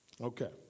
Okay